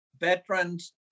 Veterans